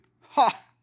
Ha